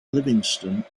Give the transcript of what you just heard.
livingstone